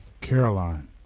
Caroline